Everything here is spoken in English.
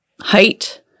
height